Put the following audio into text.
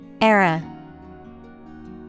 Era